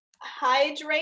hydrate